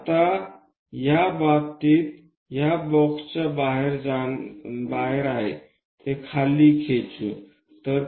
आता या बाबतीत हे बॉक्सच्या बाहेर आहे ते खाली खेचू या